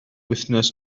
wythnos